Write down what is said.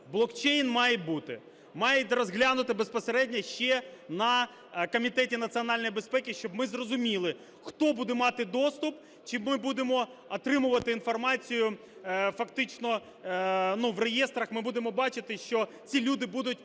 Блокчейн має бути. Мають розглянути безпосередньо ще на Комітеті національної безпеки, щоб ми зрозуміли, хто буде мати доступ, чи ми будемо отримувати інформацію фактично, ну, в реєстрах ми будемо бачити, що ці люди будуть